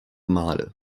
male